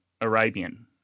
Arabian